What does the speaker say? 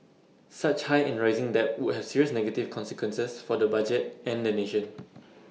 such high and rising debt would have serious negative consequences for the budget and the nation